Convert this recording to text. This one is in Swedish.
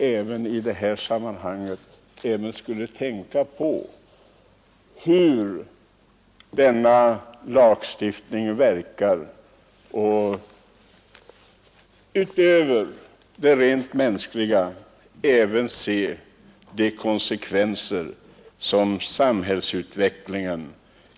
Även i det sammanhanget borde man då tänka på hur denna lagstiftning verkar och utöver det rent mänskliga se till de konsekvenser som samhällsutvecklingen